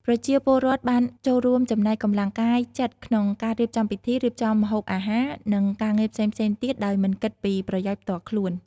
ប្រជាពលរដ្ឋបានចូលរួមចំណែកកម្លាំងកាយចិត្តក្នុងការរៀបចំពិធី រៀបចំម្ហូបអាហារ និងការងារផ្សេងៗទៀតដោយមិនគិតពីប្រយោជន៍ផ្ទាល់ខ្លួន។